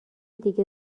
دیگه